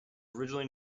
originally